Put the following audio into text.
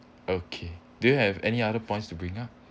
okay do you have any other points to bring up